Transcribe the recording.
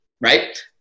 right